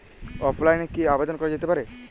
অফলাইনে কি আবেদন করা যেতে পারে?